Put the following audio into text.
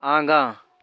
आगाँ